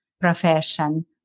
profession